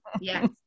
yes